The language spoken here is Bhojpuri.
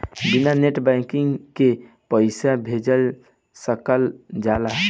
बिना नेट बैंकिंग के पईसा भेज सकल जाला?